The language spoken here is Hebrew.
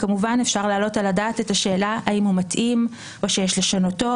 כמובן אפשר להעלות על הדעת את השאלה האם הוא מתאים או שיש לשנותו,